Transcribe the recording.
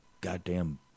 Goddamn